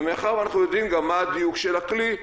ומאחר שאנחנו גם יודעים מה הדיוק של הכלי,